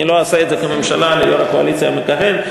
אני לא אעשה את זה כממשלה ליו"ר הקואליציה המכהן.